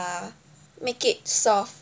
make it soft